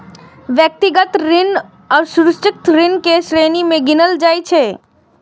व्यक्तिगत ऋण असुरक्षित ऋण के श्रेणी मे गिनल जाइ छै